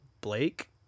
Blake